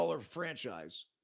franchise